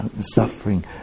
suffering